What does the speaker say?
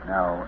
Now